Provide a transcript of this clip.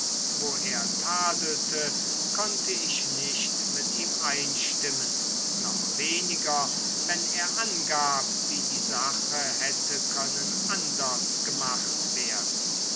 wo er tadelte konnte ich nicht mit ihm einstimmen noch weniger wenn er angab wie die sache hätte können anders gemacht werden